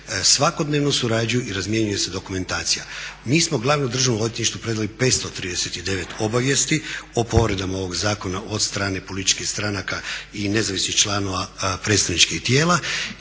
svakodnevno surađuju i razmjenjuje se dokumentacija. Mi smo glavnom državnom odvjetništvu predali 539 obavijesti o povredama ovog zakona od strane političkih stranaka i nezavisnih članova predstavničkih tijela